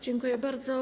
Dziękuję bardzo.